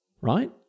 right